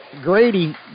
Grady